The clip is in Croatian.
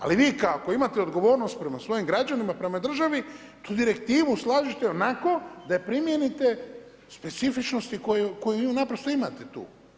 Ali vi ako imate odgovornost prema svojim građanima i prema državi tu direktivu slažete onako da je primijenite specifičnosti koje vi naprosto imate tu.